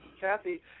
Kathy